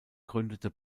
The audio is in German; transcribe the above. gründete